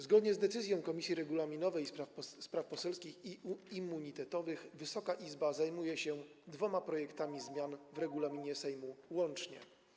Zgodnie z decyzją Komisji Regulaminowej, Spraw Poselskich i Immunitetowych Wysoka Izba zajmuje się dwoma projektami zmian w regulaminie Sejmu łącznie.